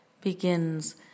begins